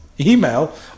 email